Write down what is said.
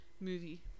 movie